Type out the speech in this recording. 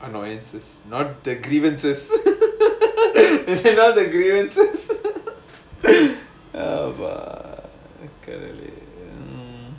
annoyances not the grievances not the grievances help ah mm